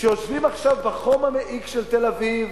שיושבים עכשיו בחום המעיק של תל-אביב,